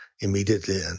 immediately